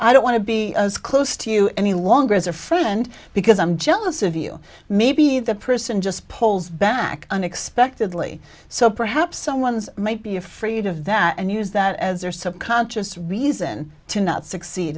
i don't want to be as close to you any longer as a friend because i'm jealous of you maybe the person just pulls back unexpectedly so perhaps someone's might be afraid of that and use that as their subconscious reason to not succeed